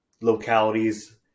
localities